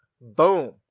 Boom